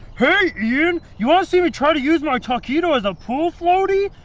hey, ian. you wanna see me try to use my taquitos as a pool floatie?